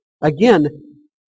Again